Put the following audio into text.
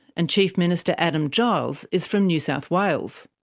and chief minister adam giles is from new south wales.